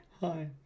hi